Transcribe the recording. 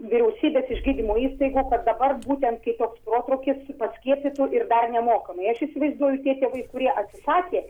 vyriausybės iš gydymo įstaigų dabar būtent kai toks protrūkis paskiepytų ir dar nemokamai aš įsivaizduoju tie tėvai kurie atsisakė